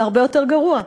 זה הרבה יותר גרוע.